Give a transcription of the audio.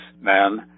man